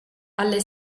alle